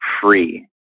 free